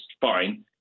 fine